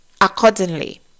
accordingly